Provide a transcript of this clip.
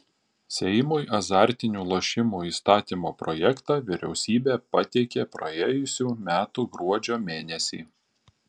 seimui azartinių lošimų įstatymo projektą vyriausybė pateikė praėjusių metų gruodžio mėnesį